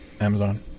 Amazon